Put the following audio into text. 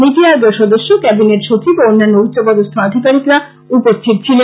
নীতি আয়োগের সদস্য ক্যাবিনেট সচিব এবং অন্যান্য উচ্চপদস্থ আধিকারিকরা উপস্থিত ছিলেন